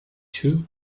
too